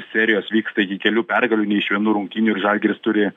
serijos vyksta iki kelių pergalių ne iš vienų rungtynių ir žalgiris turi